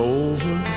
over